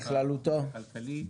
בכללותו?